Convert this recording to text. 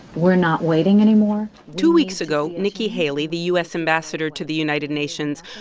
we're not waiting anymore two weeks ago, nikki haley. the u s. ambassador to the united nations,